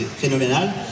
phénoménal